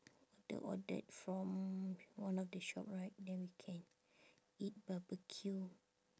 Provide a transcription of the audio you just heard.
the ordered from one of the shop right then we can eat barbeque